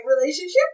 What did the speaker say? relationship